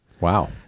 Wow